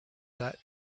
that